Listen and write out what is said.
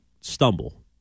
stumble